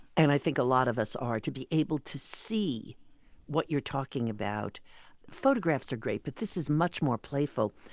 and i think a lot of us are. to be able to see what you're talking about photographs are great, but this is much more playful.